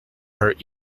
hurt